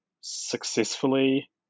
successfully